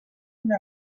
una